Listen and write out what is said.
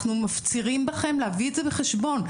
אנחנו מפצירים בכם להביא את זה בחשבון.